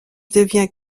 devient